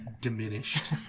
diminished